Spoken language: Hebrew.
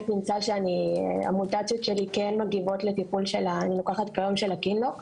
נמצא שהמוטציות שלי כן מגיבות לטיפול שאני לוקחת היום של הקילנוק,